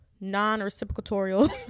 non-reciprocatorial